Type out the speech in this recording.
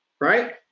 right